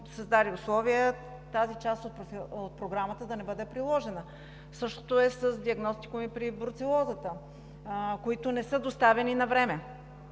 създаде условия тази част от Програмата да не бъде приложена. Същото е с диагностикумите и при бруцелозата, които не са доставени навреме.